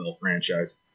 franchise